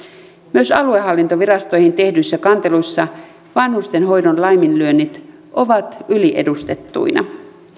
myös aluehallintovirastoihin tehdyissä kanteluissa vanhustenhoidon laiminlyönnit ovat yliedustettuina